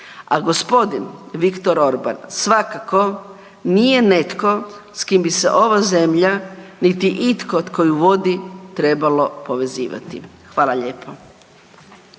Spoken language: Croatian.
A g. Viktor Orban svakako nije netko s kim bi se ova zemlja niti itko tko ju vodi trebalo povezivati. Hvala lijepo.